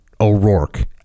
O'Rourke